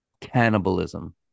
cannibalism